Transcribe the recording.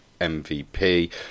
MVP